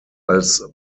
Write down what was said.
als